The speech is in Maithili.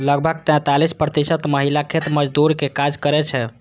लगभग सैंतालिस प्रतिशत महिला खेत मजदूरक काज करै छै